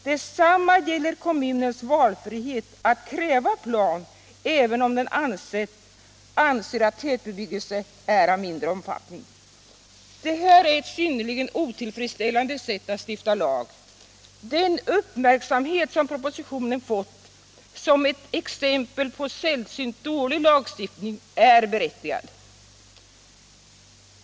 Detsamma gäller kommunens valfrihet att kräva plan, även om den anser att tätbebyggelsen är av ”mindre omfattning”. Det här är ett synnerligen otillfredsställande sätt att stifta lag. Den uppmärksamhet som propositionen fått som ett exempel på sällsynt dålig lagstiftning är berättigad.